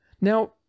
Now